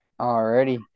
Alrighty